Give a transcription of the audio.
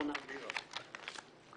אורנה,